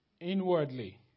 inwardly